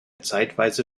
zeitweise